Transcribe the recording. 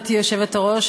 גברתי היושבת-ראש,